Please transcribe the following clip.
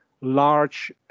large